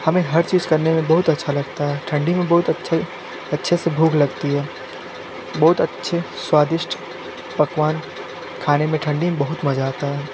हमें हर चीज करने में बहुत अच्छा लगता है ठंडी में बहुत अच्छे अच्छे से भूख लगती है बहुत अच्छे स्वादिष्ट पकवान खाने मे ठंडी मे बहुत मजा आता है